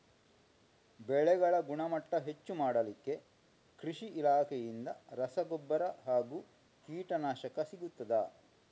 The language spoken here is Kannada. ಬೆಳೆಗಳ ಗುಣಮಟ್ಟ ಹೆಚ್ಚು ಮಾಡಲಿಕ್ಕೆ ಕೃಷಿ ಇಲಾಖೆಯಿಂದ ರಸಗೊಬ್ಬರ ಹಾಗೂ ಕೀಟನಾಶಕ ಸಿಗುತ್ತದಾ?